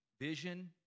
vision